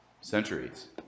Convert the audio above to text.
centuries